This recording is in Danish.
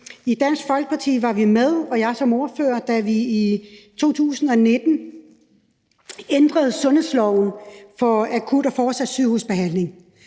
i Dansk Folkeparti var vi med – og jeg var ordfører – da vi i 2019 ændrede sundhedsloven for akut og fortsat sygehusbehandling.